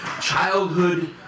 childhood